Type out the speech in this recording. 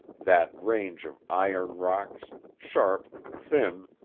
that range of iron rocks, sharp, thin,